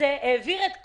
יהיה לנו ממש מעט זמן.